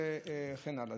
וכן הלאה.